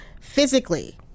Physically